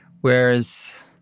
Whereas